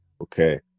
Okay